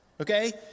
Okay